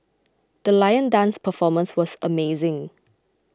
the lion dance performance was amazing